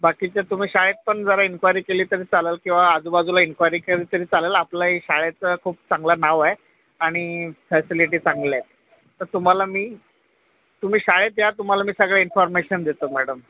बाकीचं तुम्ही शाळेत पण जरा इन्क्वायरी केली तरी चालंल किंवा आजूबाजूला इन्क्वायरी केली तरी चालंल आपल्या हे शाळेचं खूप चांगलं नाव आहे आणि फॅसिलिटी चांगल्या आहेत तर तुम्हाला मी तुम्ही शाळेत या तुम्हाला मी सगळं इन्फॉर्मेशन देतो मॅडम